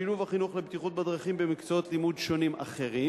7. שילוב החינוך לבטיחות בדרכים במקצועות לימוד שונים אחרים,